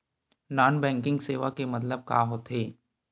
Non banking सेवा के मतलब का होथे?